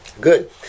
good